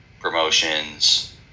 promotions